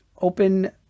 open